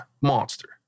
Monster